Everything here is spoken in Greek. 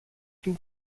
του